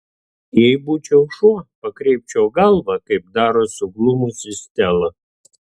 jei būčiau šuo pakreipčiau galvą kaip daro suglumusi stela